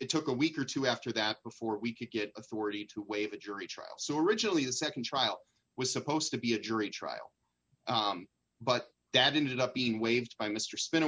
it took a week or two after that before we could get authority to waive a jury trial so originally the nd trial was supposed to be a jury trial but that ended up being waived by mr spin